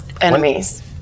enemies